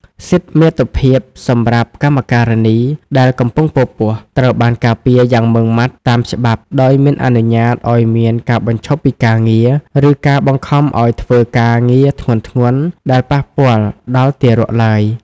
សិទ្ធិមាតុភាពសម្រាប់កម្មការិនីដែលកំពុងពពោះ ត្រូវបានការពារយ៉ាងម៉ឺងម៉ាត់តាមច្បាប់ ដោយមិនអនុញ្ញាតឱ្យមានការបញ្ឈប់ពីការងារ ឬការបង្ខំឱ្យធ្វើការងារធ្ងន់ៗដែលប៉ះពាល់ដល់ទារកឡើយ។